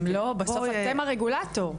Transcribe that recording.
בסוף אתם הרגולטור.